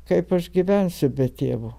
kaip aš gyvensiu be tėvo